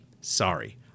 sorry